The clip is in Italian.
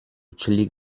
uccelli